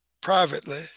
privately